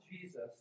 Jesus